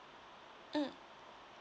mm